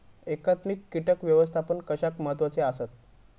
एकात्मिक कीटक व्यवस्थापन कशाक महत्वाचे आसत?